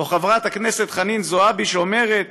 או חברת הכנסת חנין זועבי, שאומרת